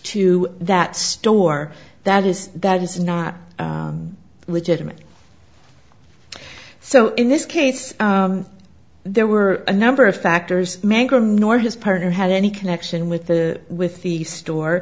to that store that is that is not legitimate so in this case there were a number of factors mangrum nor his partner had any connection with the with the store